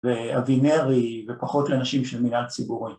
ואבינרי ופחות לנשים של מנהל ציבורי.